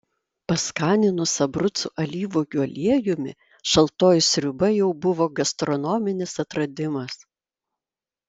paskaninus abrucų alyvuogių aliejumi šaltoji sriuba jau buvo gastronominis atradimas